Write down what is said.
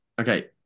Okay